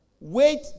Wait